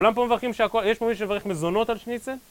כולם פה מברכים שהכל... יש פה מישהו מברך מזונות על שניצל?